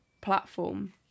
platform